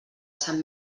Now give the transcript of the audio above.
sant